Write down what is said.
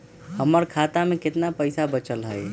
हमर खाता में केतना पैसा बचल हई?